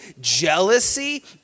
jealousy